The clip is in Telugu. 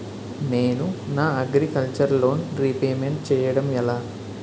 నేను నా అగ్రికల్చర్ లోన్ రీపేమెంట్ చేయడం ఎలా?